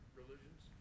religions